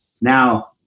Now